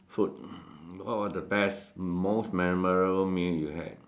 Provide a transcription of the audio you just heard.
food what was the best most memorable meal you have